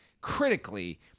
Critically